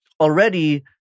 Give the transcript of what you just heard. already